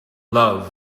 love